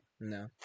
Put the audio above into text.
No